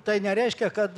tai nereiškia kad